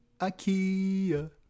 Ikea